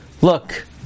Look